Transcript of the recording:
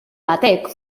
batek